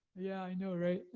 yeah, i know, right?